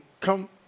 come